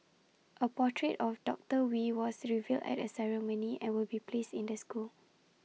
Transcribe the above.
A portrait of doctor wee was revealed at the ceremony and will be placed in the school